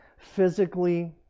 physically